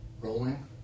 rolling